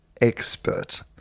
expert